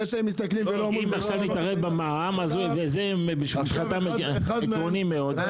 אם עכשיו נתערב במע"מ זה מבחינתם עקרוני מאוד.